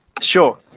Sure